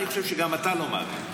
אני חושב שגם אתה לא מאמין.